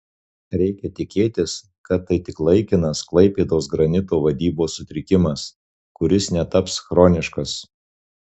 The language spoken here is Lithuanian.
reikia tikėtis kad tai tik laikinas klaipėdos granito vadybos sutrikimas kuris netaps chroniškas